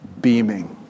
beaming